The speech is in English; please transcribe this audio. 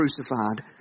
crucified